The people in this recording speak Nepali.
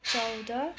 चौध